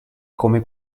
come